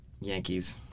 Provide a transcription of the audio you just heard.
Yankees